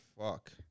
fuck